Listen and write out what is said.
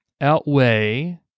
outweigh